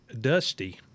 Dusty